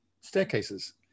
staircases